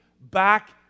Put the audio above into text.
back